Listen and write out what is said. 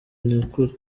nyakuri